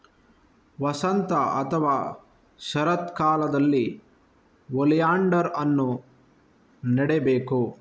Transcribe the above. ವಸಂತ ಅಥವಾ ಶರತ್ಕಾಲದಲ್ಲಿ ಓಲಿಯಾಂಡರ್ ಅನ್ನು ನೆಡಬೇಕು